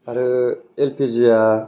आरो L P जिया